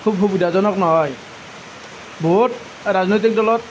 খুব সুবিধাজনক নহয় বহুত ৰাজনৈতিক দলত